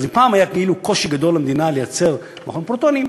אז אם פעם היה כאילו קושי גדול למדינה להקים מכון פרוטונים,